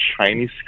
Chinese